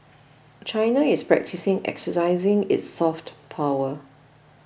China is practising exercising its soft power